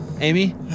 Amy